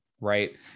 right